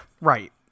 Right